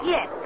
Yes